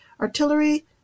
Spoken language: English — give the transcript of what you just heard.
artillery